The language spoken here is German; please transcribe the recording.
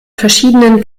verschiedenen